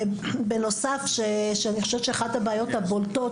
בנוסף שאני חושבת שאחת הבעיות הבולטות